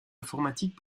informatique